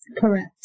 Correct